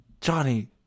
Johnny